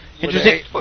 Interesting